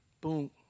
Boom